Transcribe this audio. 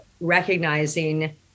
recognizing